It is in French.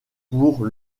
pour